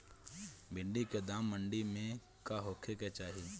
भिन्डी के दाम मंडी मे का होखे के चाही?